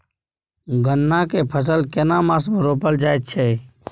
गन्ना के फसल केना मास मे रोपल जायत छै?